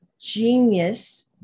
genius